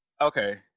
Okay